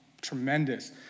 tremendous